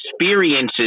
experiences